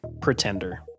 pretender